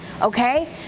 okay